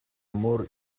more